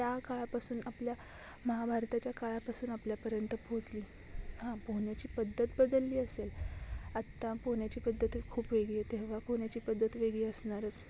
त्या काळापासून आपल्या महाभारताच्या काळापासून आपल्यापर्यंत पोहोचली हां पोहण्याची पद्धत बदलली असेल आत्ता पोहण्याची पद्धती खूप वेगळी येते हवा पोहण्याची पद्धत वेगळी असणारच